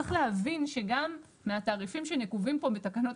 צריך להבין שגם מהתעריפים שנקובים פה בתקנות